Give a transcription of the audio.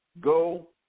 Go